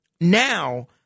Now